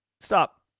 stop